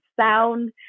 sound